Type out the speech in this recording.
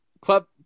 club